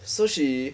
so she